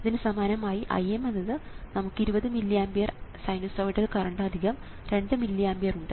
ഇതിന് സമാനമായി Im എന്നത് നമുക്ക് 20 milliampere sinusoidal current 2 milliampere ഉണ്ട്